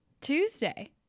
Tuesday